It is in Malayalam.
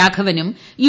രാഘവനൂം യു